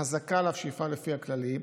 חזקה עליו שיפעל לפי הכללים.